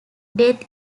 death